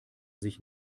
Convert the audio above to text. sich